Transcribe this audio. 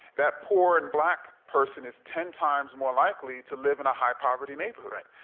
that poor and black person is ten times more likely to live in a high poverty neighborhood.